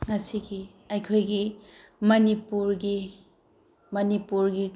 ꯉꯁꯤꯒꯤ ꯑꯩꯈꯣꯏꯒꯤ ꯃꯅꯤꯄꯨꯔꯒꯤ ꯃꯅꯤꯄꯨꯔꯒꯤ